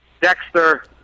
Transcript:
Dexter